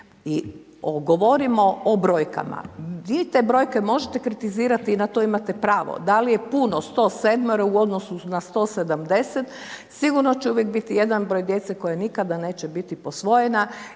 I govorimo o brojkama. Vi te brojke možete kritizirati i na to imate pravo, da li je puno 107 u odnosu na 170 sigurno će uvijek biti jedan broj djece koji nikada neće biti posvojena